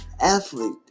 athlete